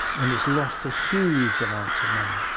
and it's lost a huge amount of money.